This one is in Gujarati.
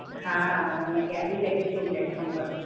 હા હું અહીંયા કયારની બેઠી છું પ્લેટફોર્મ પર